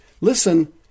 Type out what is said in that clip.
Listen